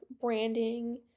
branding